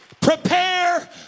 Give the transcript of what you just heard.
prepare